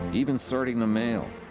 even sorting the mail.